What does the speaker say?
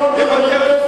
שרים לא קוראים ביניים.